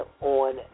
on